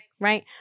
Right